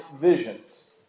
visions